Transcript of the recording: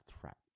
threat